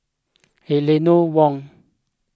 Eleanor Wong